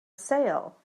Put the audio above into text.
sale